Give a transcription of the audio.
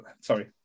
Sorry